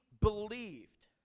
believed